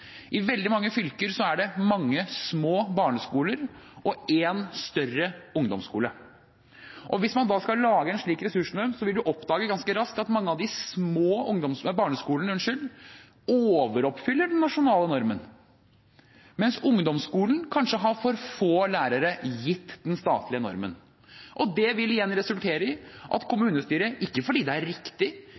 I veldig mange fylker er det mange små barneskoler og en større ungdomsskole. Hvis man da skal lage en slik ressursnorm, vil man oppdage ganske raskt at mange av de små barneskolene overoppfyller den nasjonale normen, mens ungdomsskolen kanskje har for få lærere, gitt den statlige normen. Det vil igjen resultere i at kommunestyret – ikke fordi det er riktig,